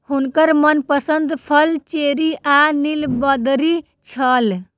हुनकर मनपसंद फल चेरी आ नीलबदरी छल